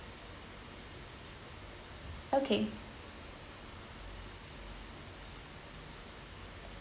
okay